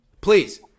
Please